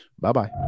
Bye-bye